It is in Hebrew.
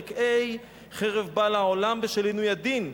פרק ה': 'חרב בא לעולם בשל עינוי הדין'.